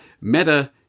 meta